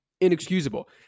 Inexcusable